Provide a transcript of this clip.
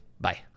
Bye